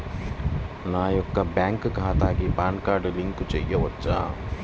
నా యొక్క బ్యాంక్ ఖాతాకి పాన్ కార్డ్ లింక్ చేయవచ్చా?